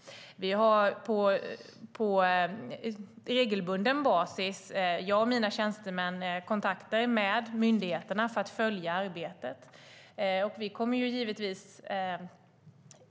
Jag och mina tjänstemän har därför kontakter med myndigheterna på regelbunden basis.